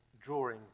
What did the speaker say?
drawing